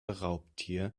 raubtier